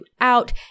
out